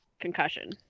Concussion